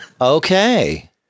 Okay